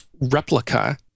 replica